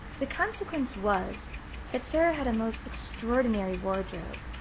the consequence was that sara had a most extraordinary wardrobe.